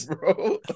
bro